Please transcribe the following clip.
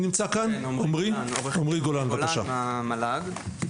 שמי עומרי גולן מהמל"ג.